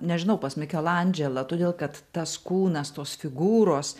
nežinau pas mikelandželą todėl kad tas kūnas tos figūros